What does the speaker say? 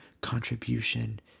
contribution